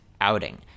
outing